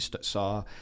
saw